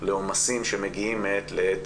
לעומסים שמגיעים מעת לעת